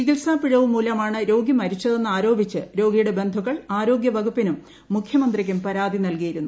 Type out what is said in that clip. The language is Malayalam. ചികിത്സാ പിഴവ് മൂലമാണ് രോ ഗി മരിച്ചതെന്ന് ആരോപിച്ച് രോഗിയുടെ ബന്ധുക്കൾ ആരോഗ്യവ കുപ്പിനും മുഖ്യമന്ത്രിക്കും പരാതി നൽകിയിരുന്നു